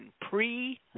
pre